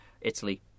Italy